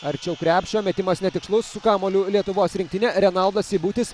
arčiau krepšio metimas netikslus su kamuoliu lietuvos rinktinė renaldas seibutis